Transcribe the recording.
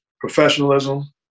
professionalism